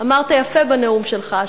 אמרת יפה בנאום שלך,